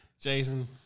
Jason